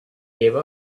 gave